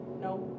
No